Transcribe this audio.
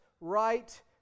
right